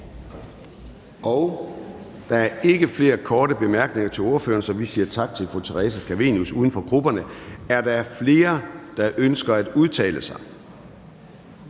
Der er ikke flere korte bemærkninger til ordføreren, så vi siger tak til fru Theresa Scavenius, uden for grupperne. Er der flere, der ønsker at udtale sig